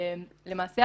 למעשה,